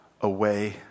away